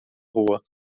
rua